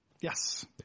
yes